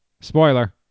spoiler